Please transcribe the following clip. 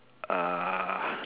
uh